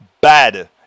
bad